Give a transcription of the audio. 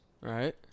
right